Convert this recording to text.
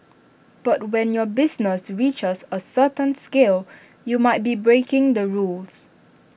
but when your business reaches A certain scale you might be breaking the rules